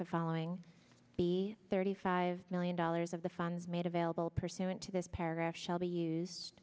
the following be thirty five million dollars of the funds made available pursuant to this paragraph shall be used